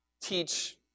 teach